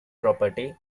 property